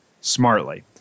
smartly